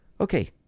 Okay